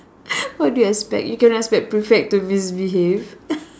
what do you expect you can't expect prefect to misbehave